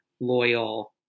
loyal